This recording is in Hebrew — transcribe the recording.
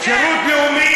זה לא גמד.